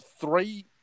three